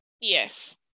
Yes